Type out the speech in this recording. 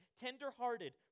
tender-hearted